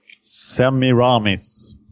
Semiramis